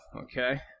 okay